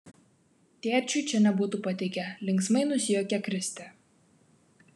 tėčiui čia nebūtų patikę linksmai nusijuokė kristė